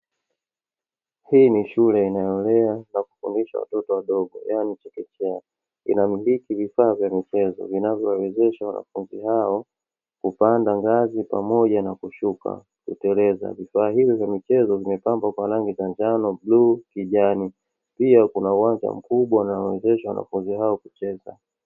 Hii ni shule inayolea na kufundisha watoto wadogo yaani chekeche. Ina miliki vifaa vya michezo vinavyowawezesha wanafunzi hao kupanda ngazi pamoja na kushuka, kuteleza. Vifaa hivi vya michezo vimepambwa kwa rangi za njano, bluu, kijani; pia kuna uwanja mkubwa unaowawezesha wanafunzi hao kucheza.